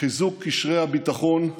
חיזוק קשרי הביטחון,